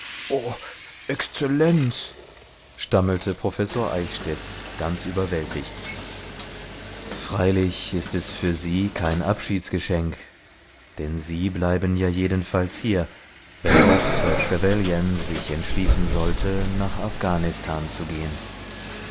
exzellenz stammelte professor eichstädt ganz überwältigt freilich ist es für sie kein abschiedsgeschenk denn sie bleiben ja jedenfalls hier wenn auch sir trevelyan sich entschließen sollte nach afghanistan zu gehen